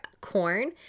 corn